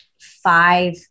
five